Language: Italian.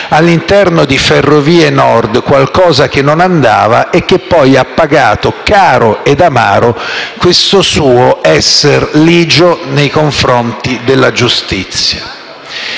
all'interno di Ferrovie Nord, qualcosa che non andava e che poi ha pagato caro ed amaro questo suo esser ligio nei confronti della giustizia.